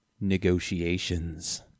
negotiations